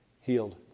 healed